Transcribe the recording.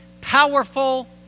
powerful